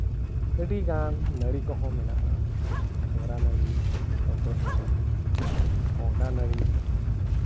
ᱟᱹᱰᱤᱜᱟᱱ ᱱᱟᱹᱲᱤ ᱠᱚᱦᱚᱸ ᱢᱮᱱᱟᱜᱼᱟ ᱜᱷᱟᱝᱨᱟ ᱱᱟᱹᱲᱤ ᱦᱚᱛᱚᱫ ᱱᱟᱹᱲᱤ ᱠᱚᱱᱰᱷᱟ ᱱᱟᱹᱲᱤ